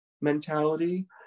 mentality